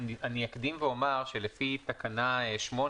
אני אקדים ואומר שלפי תקנה 8,